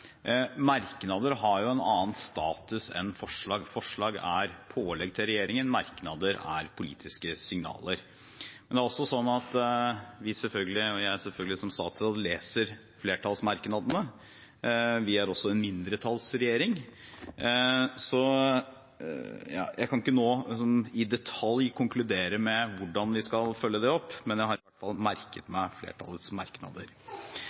Merknader har jo en annen status enn forslag. Forslag er pålegg til regjeringen, merknader er politiske signaler. Men vi, og jeg som statsråd, leser selvfølgelig flertallsmerknadene. Vi er også en mindretallsregjering. Jeg kan ikke nå i detalj konkludere med hvordan vi skal følge det opp, men jeg har i hvert fall merket meg flertallets merknader.